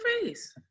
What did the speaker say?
face